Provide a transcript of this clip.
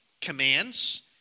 commands